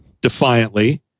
defiantly